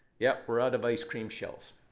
yeah, we're out of ice cream shells.